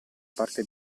parte